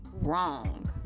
wrong